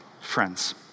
friends